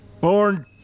born